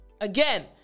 Again